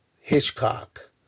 Hitchcock